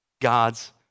God's